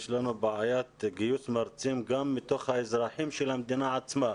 יש לנו בעיית גיוס מרצים גם מתוך האזרחים של המדינה עצמה.